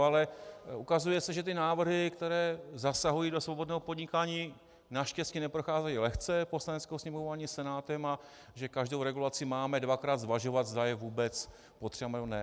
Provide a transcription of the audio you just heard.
Ale ukazuje se, že ty návrhy, které zasahují do svobodného podnikání, naštěstí neprocházejí lehce Poslaneckou sněmovnou ani Senátem a že každou regulaci máme dvakrát zvažovat, zda je vůbec potřeba, nebo ne.